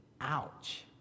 Ouch